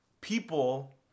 People